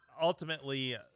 ultimately